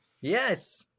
Yes